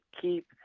keep